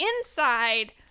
inside